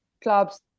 clubs